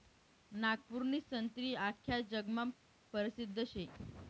नागपूरनी संत्री आख्खा जगमा परसिद्ध शे